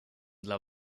dla